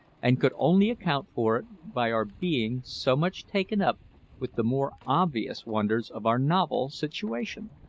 and could only account for it by our being so much taken up with the more obvious wonders of our novel situation.